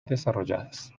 desarrolladas